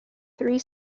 three